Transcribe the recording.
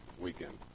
weekend